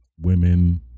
women